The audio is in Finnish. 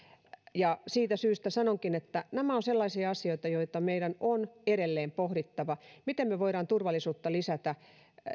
ja siitä syystä sanonkin että nämä ovat sellaisia asioita joita meidän on edelleen pohdittava miten voidaan turvallisuutta lisätä